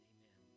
Amen